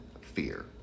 fear